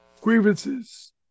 Grievances